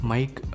Mike